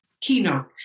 keynote